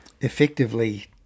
effectively